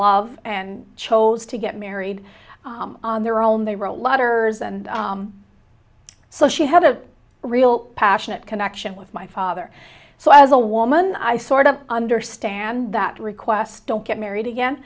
love and chose to get married on their own they wrote letters and so she had a real passionate connection with my father so as a woman i sort of understand that request don't get married again